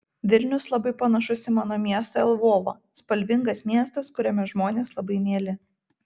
vilnius labai panašus į mano miestą lvovą spalvingas miestas kuriame žmonės labai mieli